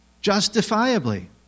Justifiably